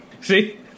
See